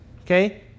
okay